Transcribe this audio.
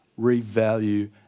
revalue